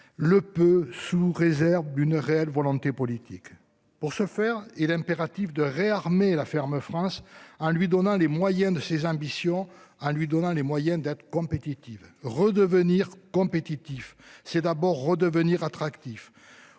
Le peut, sous réserve d'une réelle volonté politique pour ce faire, il est impératif de réarmer la ferme France en lui donnant les moyens de ses ambitions en lui donnant les moyens d'être compétitive redevenir compétitif. C'est d'abord redevenir attractif